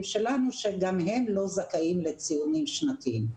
שלנו שגם הם לא זכאים לציונים שנתיים.